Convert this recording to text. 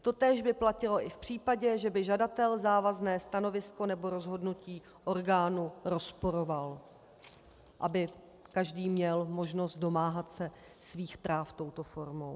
Totéž by platilo i v případě, že by žadatel závazné stanovisko nebo rozhodnutí orgánu rozporoval, aby každý měl možnost domáhat se svých práv touto formou.